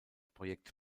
projekt